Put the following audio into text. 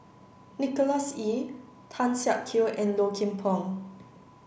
Nicholas Ee Tan Siak Kew and Low Kim Pong